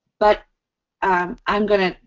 but i'm going to,